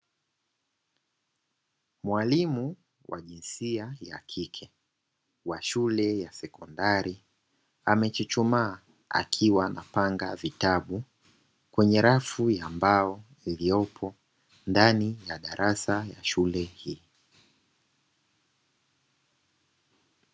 Mwalimu wa jinsia ya kike wa shule ya sekondari amechuchumaa akiwa anapanga vitabu, kwenye rafu ya mbao iliyopo ndani ya darasa la shule hiyo.